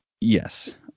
yes